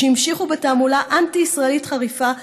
שהמשיכו בתעמולה אנטי-ישראלית חריפה,